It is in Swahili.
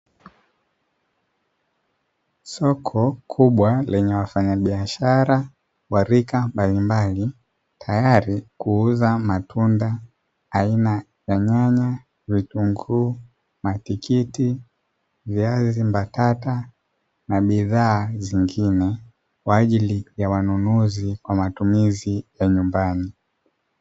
Soko kubwa lenye wafanyabiashara wa rika mbalimbali tayari kuuza matunda aina ya nyanya, vitunguu, matikiti, viazi mbatata na bidhaa zingine kwa ajili ya wanunuzi kwa matumizi ya nyumbani.